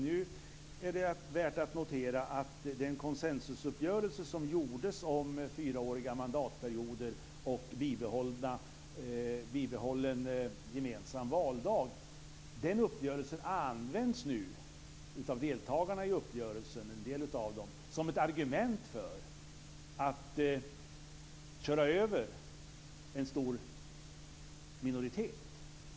Nu är det värt att notera att den konsensusuppgörelse som gjordes om fyraåriga mandatperioder och bibehållen gemensam valdag nu används av en del av deltagarna i uppgörelsen som ett argument för att köra över en stor minoritet.